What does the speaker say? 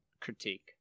critique